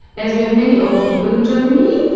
as we have many old people in germany,